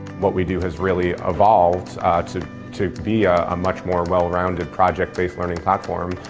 what we do has really evolved to to be a much more well rounded project based learning platform.